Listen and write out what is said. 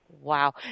Wow